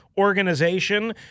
Organization